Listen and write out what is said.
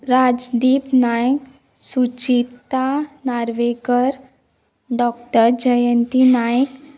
Rajdeep Naik Suchita Narvekar doctor Jayanti Naik